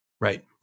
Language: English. Right